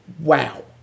wow